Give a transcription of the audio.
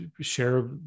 share